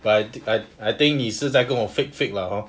but I I think 你是在跟我 fake fake lah hor